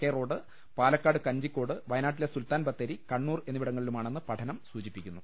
K road Palakkad Kanjikode വയനാട്ടിലെ സുൽത്താൻബത്തേരി കണ്ണൂർ എന്നിവിടങ്ങളിലുമാണെന്ന് പഠനം സൂചിപ്പിക്കുന്നു